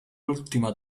última